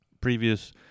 previous